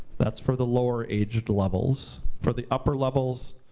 that's for the lower aged levels. for the upper levels,